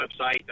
website